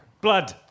Blood